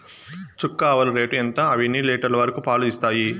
చుక్క ఆవుల రేటు ఎంత? అవి ఎన్ని లీటర్లు వరకు పాలు ఇస్తాయి?